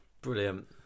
brilliant